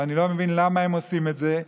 ואני לא מבין למה הם עושים את זה.